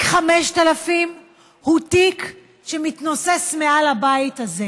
5000 הוא תיק שמתנוסס מעל הבית הזה,